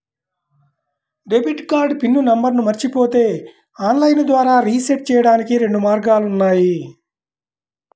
debit card PIN నంబర్ను మరచిపోతే online ద్వారా రీసెట్ చెయ్యడానికి రెండు మార్గాలు ఉన్నాయి